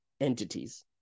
entities